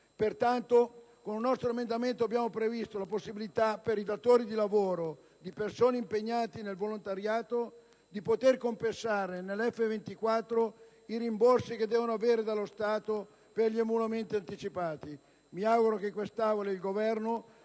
Pertanto, con un nostro emendamento abbiamo previsto la possibilità per i datori di lavoro di persone impegnate nel volontariato di compensare nel modello F24 i rimborsi che devono avere dallo Stato per gli emolumenti anticipati. Mi auguro che quest'Aula e il Governo